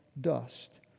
dust